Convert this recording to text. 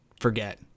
forget